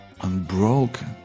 unbroken